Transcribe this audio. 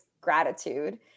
gratitude